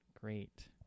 Great